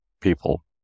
people